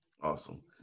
Awesome